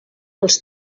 els